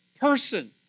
person